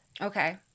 Okay